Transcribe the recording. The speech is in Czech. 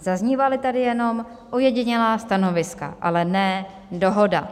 Zaznívala tady jenom ojedinělá stanoviska, ale ne dohoda.